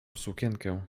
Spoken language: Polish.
sukienkę